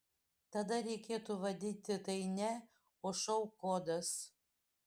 tada reikėtų vadinti tai ne o šou kodas